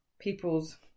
people's